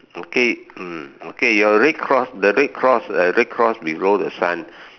okay mm okay your red cross the red cross the red cross below the sun